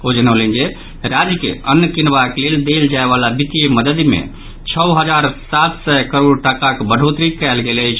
ओ जनौलनि जे राज्य के अन्न किनबाक लेल देल जायवला वित्तीय मददि मे छओ हजार सात सय करोड़ टाकाक बढ़ोतरी कयल गेल अछि